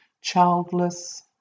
childless